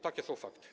Takie są fakty.